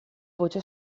voce